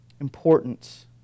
importance